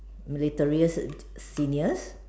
militaries seniors